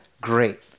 Great